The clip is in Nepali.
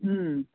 अँ